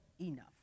enough